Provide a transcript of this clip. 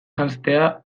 janztea